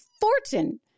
fortune